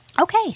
Okay